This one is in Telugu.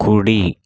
కుడి